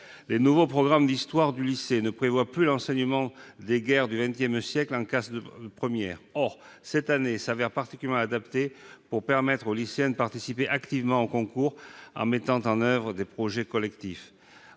Les nouveaux programmes d'histoire du lycée ne prévoient plus l'enseignement des guerres du XX siècle en classe de première. Or cette année s'avère particulièrement adaptée pour permettre aux lycéens de participer activement au CNRD en mettant en oeuvre des projets collectifs.